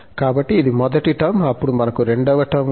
కాబట్టి ఇది మొదటి టర్మ్ అప్పుడు మనకు రెండవ టర్మ్ ఉంది